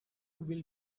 will